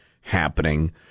happening